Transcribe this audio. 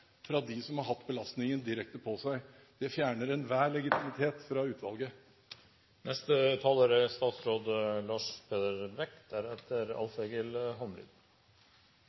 som har hatt belastningen direkte på seg. Det fjerner enhver legitimitet fra utvalget.